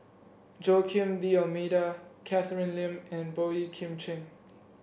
Joaquim D'Almeida Catherine Lim and Boey Kim Cheng